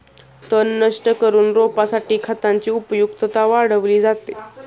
तण नष्ट करून रोपासाठी खतांची उपयुक्तता वाढवली जाते